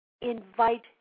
Invite